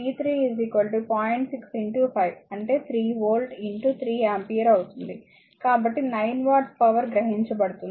కాబట్టి 9 watts power గ్రహించబడుతుంది